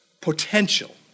potential